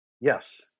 Yes